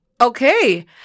Okay